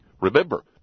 Remember